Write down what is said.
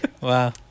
Wow